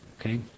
Okay